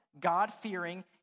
God-fearing